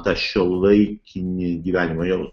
tą šiuolaikinį gyvenimą jau